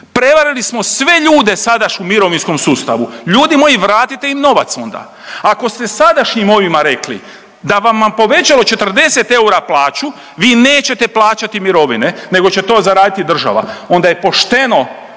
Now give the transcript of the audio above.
prevarili smo sve ljude u sadašnjem mirovinskom sustavu, ljudi moji vratite im novac onda. Ako ste sadašnjim ovima rekli da vam povećaju 40 eura plaću vi nećete plaćati mirovine nego će to zaraditi država, onda je pošteno